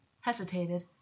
hesitated